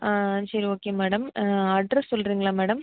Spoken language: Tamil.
ஆ சரி ஓகே மேடம் அட்ரெஸ் சொல்கிறீங்களா மேடம்